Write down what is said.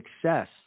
success